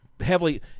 heavily